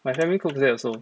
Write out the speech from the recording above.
my family calls it that also